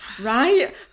right